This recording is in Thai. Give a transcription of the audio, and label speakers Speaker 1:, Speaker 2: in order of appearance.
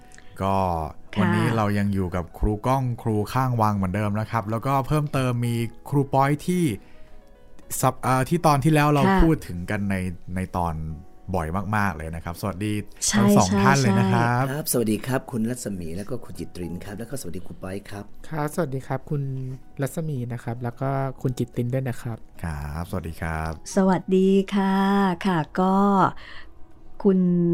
Speaker 1: ก็วันนี้
Speaker 2: ค่ะ
Speaker 1: เรายังอยู่กับครูกล้อง ครูข้างวางเหมือนเดิมนะครับ แล้วก็เพิ่มเติมมีครูปอยที่สัป- เอ่อ ที่ตอนที่แล้วเรา
Speaker 2: ค่ะ
Speaker 1: พูดถึงกันใน- ในตอนบ่อยมากๆเลยนะครับ สวัสดีทั้ง
Speaker 2: ใช่-
Speaker 1: สองท่านเลยนะครับ
Speaker 2: ใช่- ใช่
Speaker 3: ครับ สวัสดีครับคุณรัศมีแล้วก็คุณจิตรินครับ แล้วก็สวัสดีครูปอยครับ
Speaker 4: ครับ สวัสดีครับคุณรัศมีนะครับ แล้วก็คุณจิตรินด้วยนะครับ
Speaker 1: ครับ สวัสดีครับ
Speaker 2: สวัสดีค่ะ ค่ะ ก็คุณ